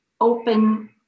open